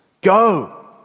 go